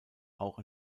auch